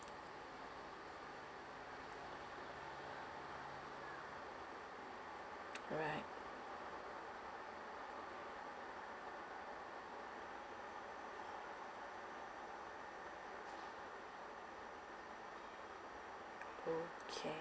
alright okay